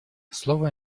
слово